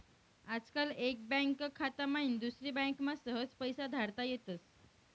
आजकाल एक बँक खाता माईन दुसरी बँकमा सहज पैसा धाडता येतस